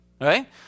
right